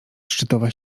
szczytowa